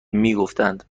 میگفتند